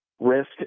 risk